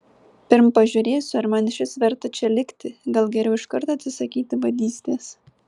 pirm pažiūrėsiu ar man išvis verta čia likti gal geriau iškart atsisakyti vadystės